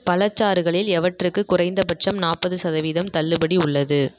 பழச்சாறுகளில் எவற்றுக்கு குறைந்தபட்சம் நாற்பது சதவீதம் தள்ளுபடி உள்ளது